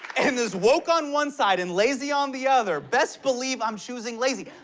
and there's woke on one side and lazy on the other, best believe i'm choosing lazy.